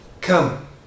Come